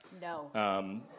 No